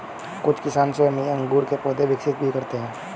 कुछ किसान स्वयं ही अंगूर के पौधे विकसित भी करते हैं